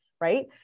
right